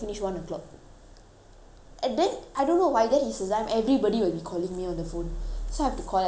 and then I don't know why that this is the time everybody will be calling me on the phone so I have to call I say sorry I teaching I call you back